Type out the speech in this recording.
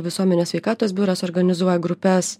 visuomenės sveikatos biuras organizuoja grupes